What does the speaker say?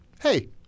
hey